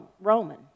Roman